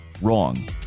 wrong